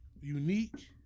unique